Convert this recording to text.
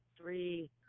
three